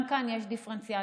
גם כאן יש דיפרנציאליות: